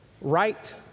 Right